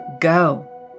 Go